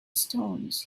stones